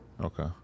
Okay